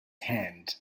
hand